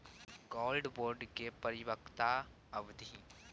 Gold bond के परिपक्वता अवधि?